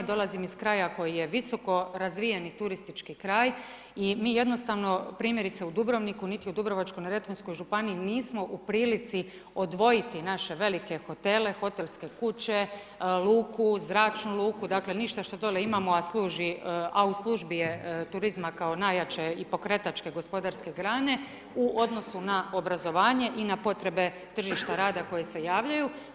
Dolazim iz kraja koji je visoko razvijeni turistički kraj i mi jednostavno primjerice u Dubrovniku niti u Dubrovačko-neretvanskoj županiji nismo u prilici odvojiti naše velike hotele, hotelske kuće, luku, zračnu luku, dakle ništa što dole imamo a u službi je turizma kao najjače i pokretačke gospodarske grane u odnosu na obrazovanje i na potrebe tržišta rada koji se javljaju.